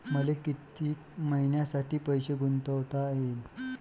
मले कितीक मईन्यासाठी पैसे गुंतवता येईन?